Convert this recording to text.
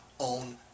own